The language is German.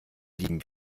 lieben